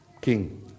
king